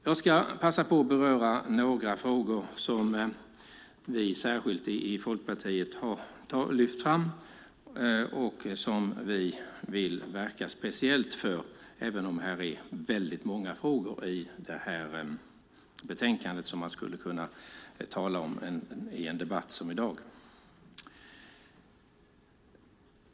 Jag ska passa på att beröra några frågor som vi i Folkpartiet särskilt har lyft fram och som vi vill verka speciellt för, även om det finns många frågor i betänkandet som man skulle kunna tala om i en debatt som i dag.